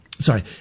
Sorry